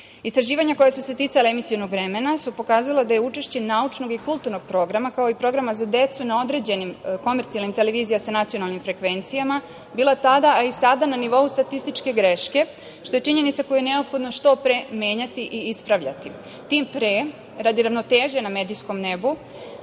politike. Istraživanja koja su se ticala emisionog vremena su pokazala da je učešće naučnog i kulturnog programa, kao i programa za decu na određenim komercijalnim televizijama sa nacionalnim frekvencijama bila tada a i sada na nivou statističke greške, što je činjenica koju je neophodno što pre menjati i ispravljati. Tim pre, radi ravnoteže na medijskom nebu,